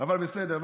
אבל בסדר.